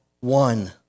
one